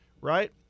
Right